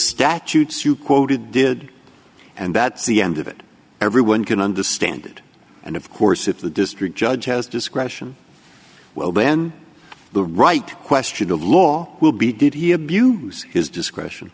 statutes you quoted did and that's the end of it everyone can understand it and of course if the district judge has discretion well then the right question of law will be did he abuse his discretion